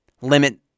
limit